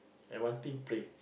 and one thing pray